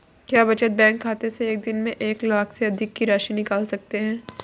क्या बचत बैंक खाते से एक दिन में एक लाख से अधिक की राशि निकाल सकते हैं?